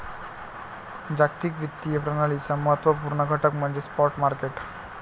जागतिक वित्तीय प्रणालीचा महत्त्व पूर्ण घटक म्हणजे स्पॉट मार्केट